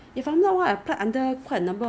没有 you you got points I think the points